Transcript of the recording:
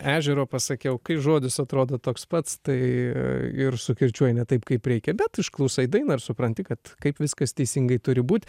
ežero pasakiau kai žodis atrodo toks pats tai ir sukirčiuoji ne taip kaip reikia bet išklausai dainą ir supranti kad kaip viskas teisingai turi būt